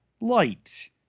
light